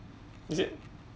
is it